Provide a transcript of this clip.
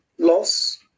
loss